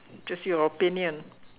just your opinion